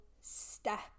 step